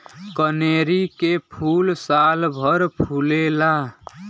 कनेरी के फूल सालभर फुलेला